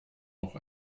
noch